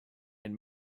and